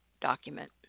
document